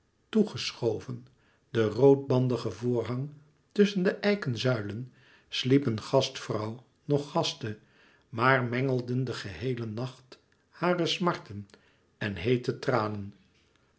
geschoven de roodbandige voorhang tusschen de eiken zuilen sliepen gastvrouw noch gaste maar mengelden de geheele nacht hare smarten en heete tranen